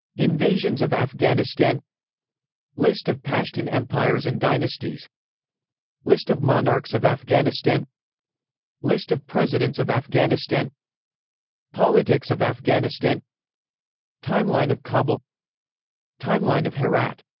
invasions of afghanistan list of pashtun empires and dynasties list of monarchs of afghanistan list of presidents of afghanistan politics of afghanistan timeline of kabul timeline of herat